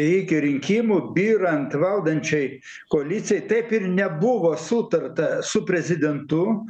iki rinkimų byrant valdančiai koalicijai taip ir nebuvo sutarta su prezidentu